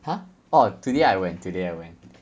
!huh! orh today I went today I went